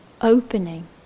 opening